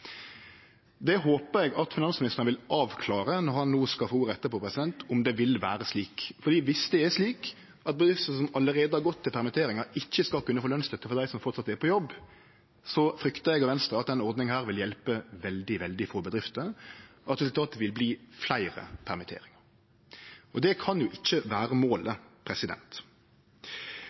Det håpar eg at finansministeren vil avklare når han no skal få ordet etterpå, om det vil vere slik, for om det er slik at bedrifter som allereie har gått til permitteringar, ikkje skal kunne få lønsstøtte for dei som fortsatt er på jobb, fryktar eg og Venstre at denne ordninga vil hjelpe veldig få bedrifter, og at resultatet vil verte fleire permitteringar. Og det kan jo ikkje vere målet.